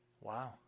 Wow